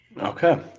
Okay